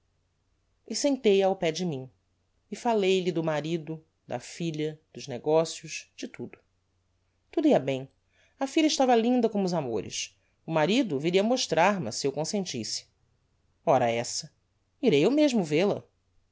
e sentei a ao pé de mim e falei-lhe do marido da filha dos negocios de tudo tudo ia bem a filha estava linda como os amores o marido viria mostrar ma se eu consentissse ora essa irei eu mesmo vel-a